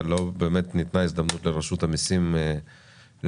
אבל לא באמת ניתנה הזדמנות לרשות המיסים להגיב.